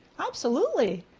absolutely,